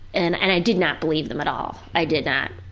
and and i did not believe them at all. i did not.